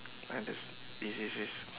other yes yes yes yes